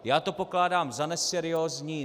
Já to pokládám za neseriózní.